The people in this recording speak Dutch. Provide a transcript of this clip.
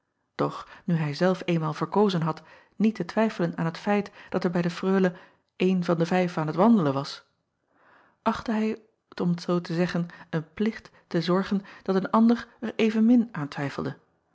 doch nu hij zelf eenmaal verkozen had niet te twijfelen aan het feit dat er bij de reule een van de vijf aan t wandelen was achtte hij t om zoo te zeggen een plicht te zorgen dat een ander er evenmin aan twijfelde